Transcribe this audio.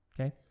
Okay